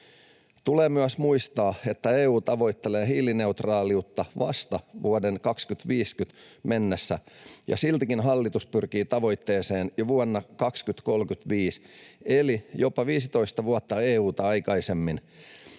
Tulee myös muistaa, että EU tavoittelee hiilineutraaliutta vasta vuoteen 2050 mennessä, ja siltikin hallitus pyrkii tavoitteeseen jo vuonna 2035 eli jopa 15 vuotta EU:ta aikaisemmin.